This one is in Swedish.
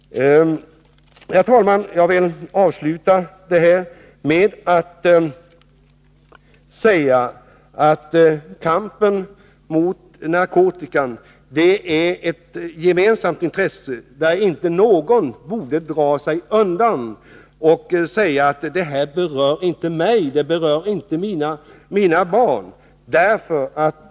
Herr talman! Jag vill avsluta mitt inlägg med att säga att kampen mot narkotika är ett gemensamt intresse. Ingen borde dra sig undan och säga: Det här berör inte mig eller mina barn.